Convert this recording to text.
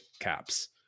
caps